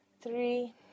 Three